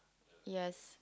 yes